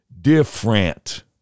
different